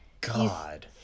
God